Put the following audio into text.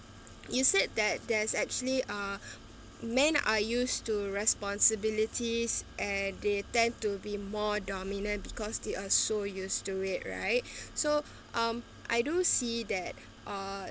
you said that there's actually uh men are used to responsibilities and they tend to be more dominant because they are so used to it right so um I do see that uh